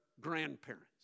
grandparents